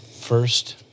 First